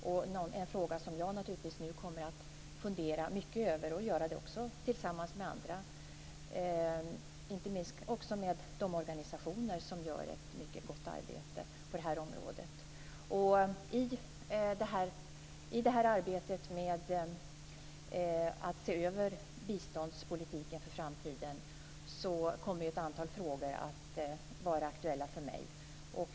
Det är en fråga som jag nu naturligtvis kommer att fundera mycket över, också tillsammans med andra - inte minst med de organisationer som gör ett mycket gott arbete på detta område. I arbetet med att se över biståndspolitiken för framtiden kommer ett antal frågor att vara aktuella för mig.